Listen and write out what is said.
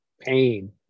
pain